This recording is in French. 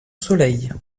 soleil